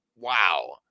wow